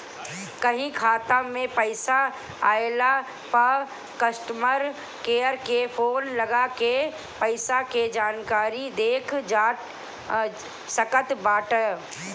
कहीं खाता में पईसा आइला पअ कस्टमर केयर के फोन लगा के पईसा के जानकारी देख सकत बाटअ